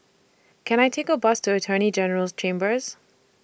Can I Take A Bus to Attorney General's Chambers